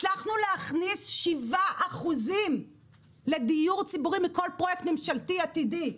הצלחנו להכניס 7 אחוזים לדיור ציבורי מכל פרויקט ממשלתי עתידי,